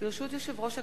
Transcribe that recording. ברשות יושב-ראש הכנסת,